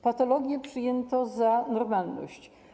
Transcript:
Patologię przyjęto za normalność.